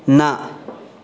न